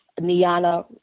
Niana